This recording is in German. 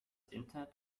internet